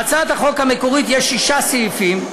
בהצעת החוק המקורית יש שישה סעיפים,